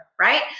Right